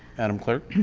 madam clerk.